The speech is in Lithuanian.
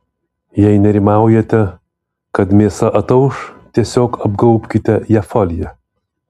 jei nerimaujate kad mėsa atauš tiesiog apgaubkite ją folija